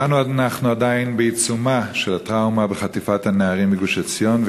אנחנו כולנו עדיין בעיצומה של הטראומה מחטיפת הנערים מגוש-עציון,